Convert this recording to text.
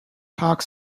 hoc